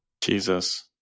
Jesus